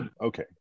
Okay